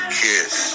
kiss